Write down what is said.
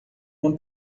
uma